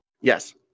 Yes